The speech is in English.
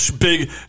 Big